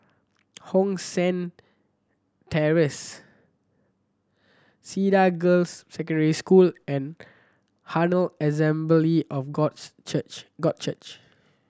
Hong San Terrace Cedar Girls' Secondary School and Herald Assembly of Church God Church